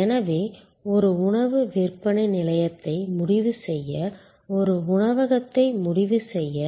எனவே ஒரு உணவு விற்பனை நிலையத்தை முடிவு செய்ய ஒரு உணவகத்தை முடிவு செய்ய